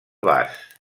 vas